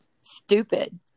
stupid